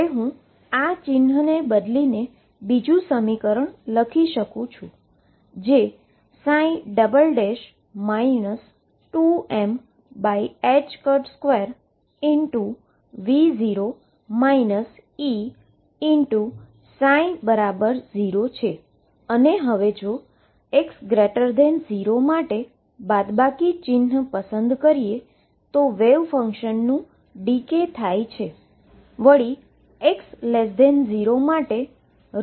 હું આ ચિન્હને બદલીને હું બીજું સમીકરણ લખી શકું છું જે 2m2V0 Eψ0 છે અને તે x0 માટે બાદબાકી ચિહ્ન પસંદ કરીએ તો તે વેવ ફંક્શનનુ ડીકે થઈ શકે છે